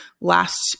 last